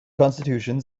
constitution